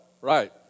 Right